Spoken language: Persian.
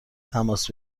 تماس